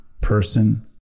person